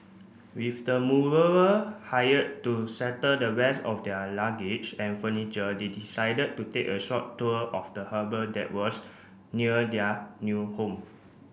with the mover hired to settle the rest of their luggage and furniture they decided to take a short tour of the harbour that was near their new home